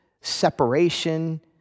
separation